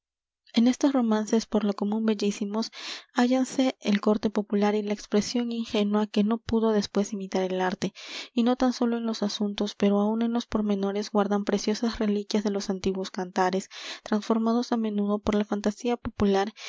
en estos romances por lo común bellísimos hállanse el corte popular y la expresión ingenua que no pudo después imitar el arte y no tan sólo en los asuntos pero aun en los pormenores guardan preciosas reliquias de los antiguos cantares transformados á menudo por la fantasía popular